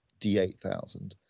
D8000